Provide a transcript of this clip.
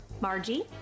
Margie